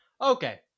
Okay